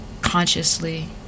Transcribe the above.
consciously